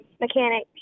mechanic